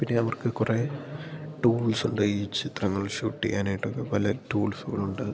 പിന്നെ നമുക്ക് കുറേ ടൂൾസുണ്ട് ഈ ചിത്രങ്ങൾ ഷൂട്ട് ചെയ്യാനായിട്ടൊക്കെ പല ടൂൾസുകളുണ്ട്